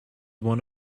one